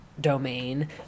domain